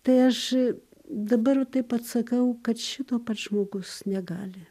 tai aš dabar taip atsakau kad šito pats žmogus negali